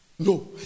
No